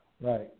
Right